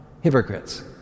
hypocrites